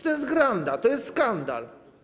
To jest granda, to jest skandal.